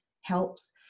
helps